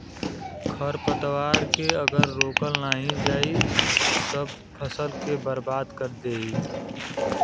खरपतवार के अगर रोकल नाही जाई सब फसल के बर्बाद कर देई